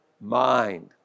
mind